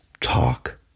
Talk